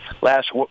last